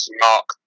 Mark